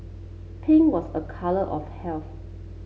pink was a colour of health